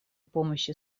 помощи